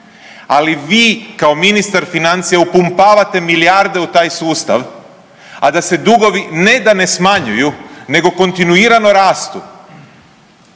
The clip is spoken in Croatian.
ali vi kao ministar financija upumpavate milijarde u taj sustav, a da se dugovi ne da ne smanjuju nego kontinuirano rastu,